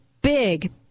big